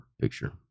picture